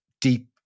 deep